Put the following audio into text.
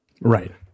Right